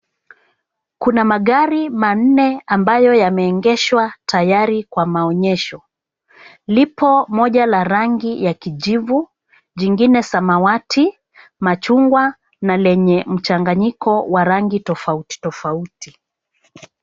Kuna magari manne ambayo yameegeshwa tayari kwa maonyesho. Lipo moja lenye rangi kijivu, lingine samawati, machungwa na lenye mchanganyiko wa rangi tofauti